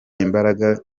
imbaraga